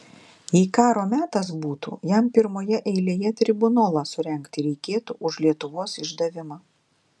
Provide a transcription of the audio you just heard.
jei karo metas būtų jam pirmoje eilėje tribunolą surengti reikėtų už lietuvos išdavimą